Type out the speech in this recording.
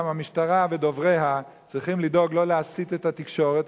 גם המשטרה ודובריה צריכים לדאוג לא להסית את התקשורת.